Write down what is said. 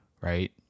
Right